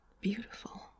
beautiful